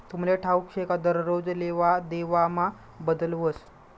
तुमले ठाऊक शे का दरोज लेवादेवामा बदल व्हस